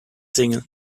single